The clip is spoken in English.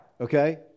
okay